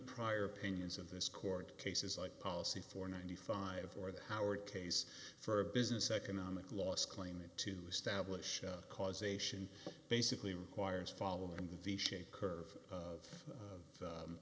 prior opinions of this court cases like policy for ninety five or the howard case for business economic loss claim it to stablish causation basically requires following the shaped curve